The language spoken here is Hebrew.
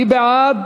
מי בעד?